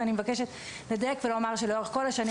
ואני מבקשת לדייק ולומר שלאורך כל השנים